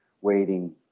waiting